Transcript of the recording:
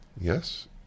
Yes